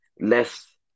less